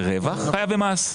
זה רווח חייב במס.